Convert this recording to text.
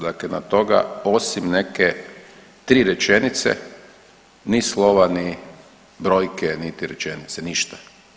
Dakle, na to ga osim neke tri rečenice ni slova, ni brojke, niti rečenice, ništa.